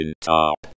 top